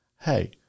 Hey